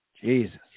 Jesus